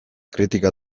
kritika